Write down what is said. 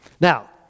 Now